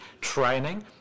training